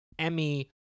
Emmy